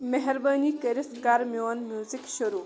مہربٲنی کٔرِتھ کر میون میوزک شروع